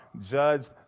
judged